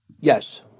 Yes